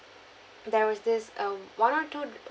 there was this um one or two